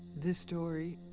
this story,